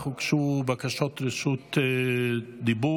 אך הוגשו בקשות רשות דיבור.